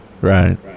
Right